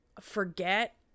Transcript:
forget